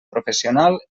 professional